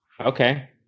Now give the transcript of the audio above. Okay